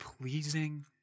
pleasing